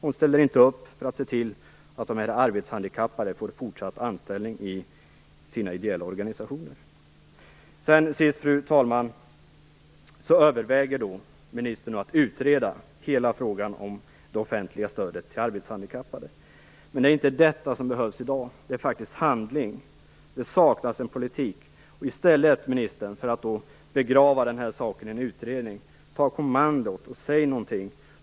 Hon ställer inte upp för att se till att de arbetshandikappade får fortsatt anställning i sina ideella organisationer. Ministern överväger att utreda hela det offentliga stödet till arbetshandikappade. Men det är inte detta som behövs i dag; det är handling. Det saknas en politik. I stället för att begrava den här saken i en utredning - ta kommandot och säg någonting!